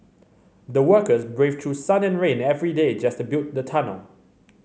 the workers braved through sun and rain every day just to build the tunnel